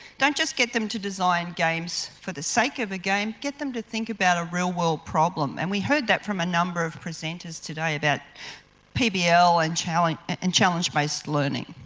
don't just get them to design games for the sake of a game, get them to think about a real world problem. and we heard that from a number of presenters today about pbl and challenge and challenge based learning.